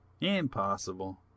Impossible